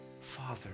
Father